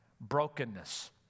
brokenness